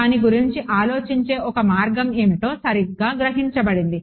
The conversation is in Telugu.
దాని గురించి ఆలోచించే ఒక మార్గం ఏమిటో సరిగ్గా గ్రహించబడింది